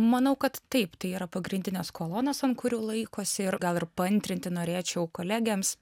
manau kad taip tai yra pagrindinės kolonos ant kurių laikosi ir gal ir paantrinti norėčiau kolegėms